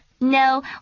No